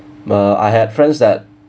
uh I had friends that